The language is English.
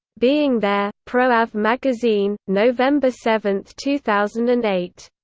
being there, proav magazine, november seven, two thousand and eight.